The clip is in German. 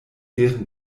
deren